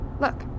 Look